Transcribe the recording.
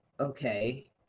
okay